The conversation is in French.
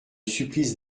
supplice